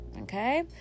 Okay